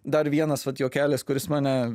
dar vienas vat juokelis kuris mane